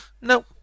No